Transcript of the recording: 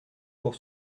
pour